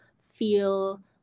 feel